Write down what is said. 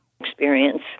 experience